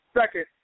Second